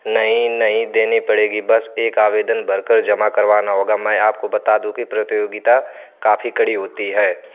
नहीं नहीं देनी पड़ेगी बस एक आवेदन भर कर जमा करवाना होगा मैं आपको बता दूँ कि प्रतियोगिता काफी कड़ी होती है